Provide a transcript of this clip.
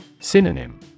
Synonym